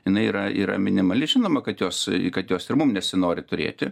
jinai yra yra minimali žinoma kad jos kad jos ir mum nesinori turėti